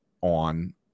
on